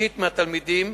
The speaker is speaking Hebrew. חמישית מהתלמידים